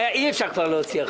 אי אפשר כבר להוציא עכשיו.